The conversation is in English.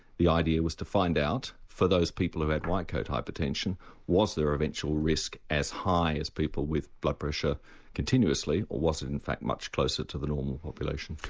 the idea was to find out for those people who had white coat hypertension was their eventual risk as high as people with blood pressure continuously or was it in fact much closer to the normal population.